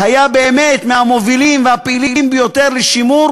היה באמת מהמובילים והפעילים ביותר לשימור